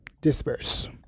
disperse